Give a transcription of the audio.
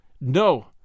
No